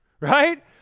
right